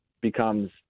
becomes